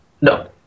No